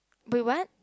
but what